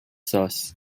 sauce